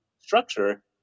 structure